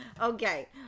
Okay